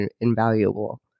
invaluable